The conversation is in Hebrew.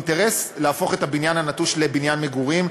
אינטרס להפוך את הבניין הנטוש לבניין מגורים,